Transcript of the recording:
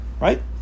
Right